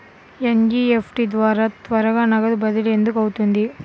NEFT ద్వారా త్వరగా నగదు బదిలీ ఎందుకు అవుతుంది?